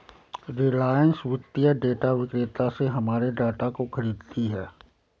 रिलायंस वित्तीय डेटा विक्रेता से हमारे डाटा को खरीदती है